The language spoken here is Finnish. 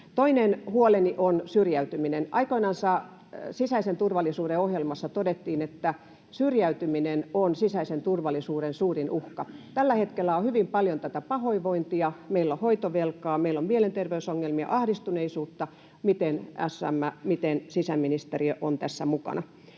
Toinen huoleni on syrjäytyminen. Aikoinansa sisäisen turvallisuuden ohjelmassa todettiin, että syrjäytyminen on sisäisen turvallisuuden suurin uhka. Tällä hetkellä on hyvin paljon pahoinvointia, meillä on hoitovelkaa, meillä on mielenterveysongelmia, ahdistuneisuutta. Miten SM, miten sisäministeriö on tässä mukana?